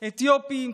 אתיופים,